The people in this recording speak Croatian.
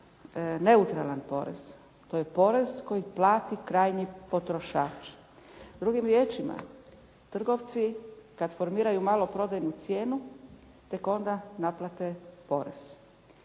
neutralan porez. To je porez koji plati krajnji potrošač. Drugim riječima, trgovci kad formiraju maloprodajnu cijenu tek onda naplate porez.